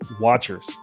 Watchers